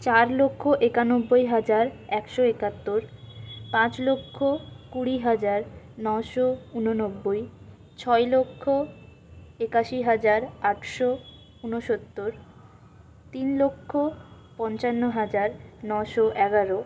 চার লক্ষ একানব্বই হাজার একশো একাত্তর পাঁচ লক্ষ কুড়ি হাজার নশো ঊননব্বই ছয় লক্ষ একাশি হাজার আটশো ঊনসত্তর তিন লক্ষ পঞ্চান্ন হাজার নশো এগারো